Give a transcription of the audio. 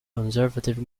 conservative